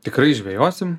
tikrai žvejosim